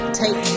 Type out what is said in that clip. take